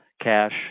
cash